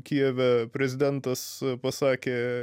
kijeve prezidentas pasakė